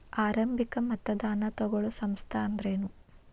ಆರಂಭಿಕ್ ಮತದಾನಾ ತಗೋಳೋ ಸಂಸ್ಥಾ ಅಂದ್ರೇನು?